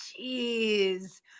Jeez